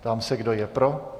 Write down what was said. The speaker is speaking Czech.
Ptám se, kdo je pro.